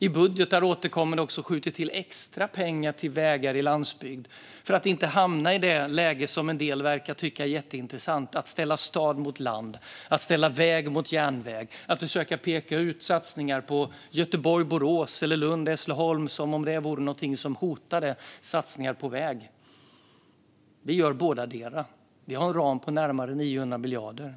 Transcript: I budgetar har vi återkommande skjutit till extra pengar till vägar i landsbygd för att inte hamna i det läge som en del verkar tycka är jätteintressant, där man ställer stad mot land, där man ställer väg mot järnväg och där man försöker peka ut satsningar på Göteborg-Borås eller Lund-Hässleholm som något som hotar satsningar på väg. Vi gör bådadera. Vi har en ram på närmare 900 miljarder.